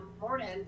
morning